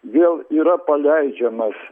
vėl yra paleidžiamas